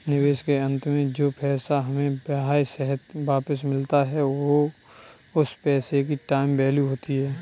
निवेश के अंत में जो पैसा हमें ब्याह सहित वापस मिलता है वो उस पैसे की टाइम वैल्यू होती है